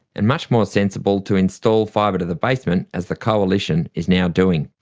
and much more sensible to install fibre to the basement, as the coalition is now doing.